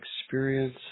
experience